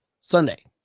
sunday